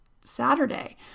Saturday